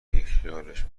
بیخیالش